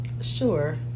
Sure